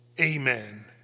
amen